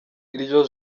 iryo